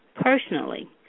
personally